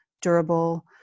durable